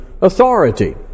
authority